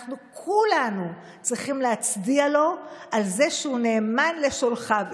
אנחנו כולנו צריכים להצדיע לו על זה שהוא נאמן לשולחיו,